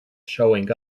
showing